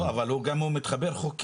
לא, אבל הוא גם מתחבר חוקית.